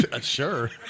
Sure